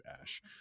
ash